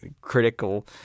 critical